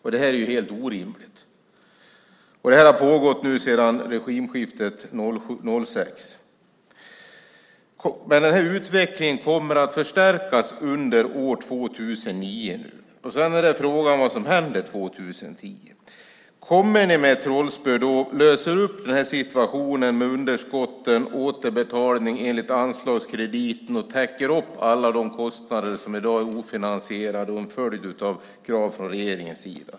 Det är helt orimligt. Det här har pågått sedan regimskiftet år 2006. Den här utvecklingen kommer att förstärkas under år 2009. Frågan är vad som händer 2010. Kommer ni med ett trollspö och löser upp situationen med underskotten och återbetalningen enligt anslagskrediten och täcker upp alla de kostnader som i dag är ofinansierade och en följd av krav från regeringens sida?